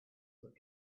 that